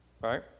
Right